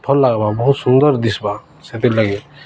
ଭଲ ଲାଗ୍ବା ବହୁତ ସୁନ୍ଦର ଦିଶ୍ବା ସେଥିର୍ଲାଗି